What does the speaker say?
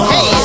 Hey